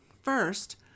First